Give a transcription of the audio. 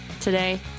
Today